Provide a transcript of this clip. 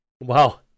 Wow